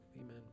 amen